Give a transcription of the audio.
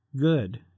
good